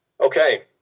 Okay